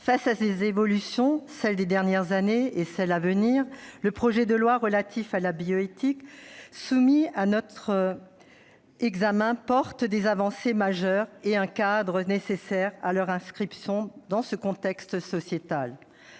Face à ces évolutions, celles des dernières années et celles à venir, le projet de loi relatif à la bioéthique soumis à notre examen comporte des avancées majeures et un cadre nécessaire à leur inscription dans ce contexte sociétal.